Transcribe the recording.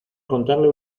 contarle